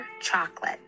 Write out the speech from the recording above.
chocolate